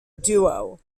duo